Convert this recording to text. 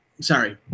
sorry